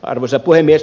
arvoisa puhemies